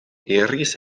iris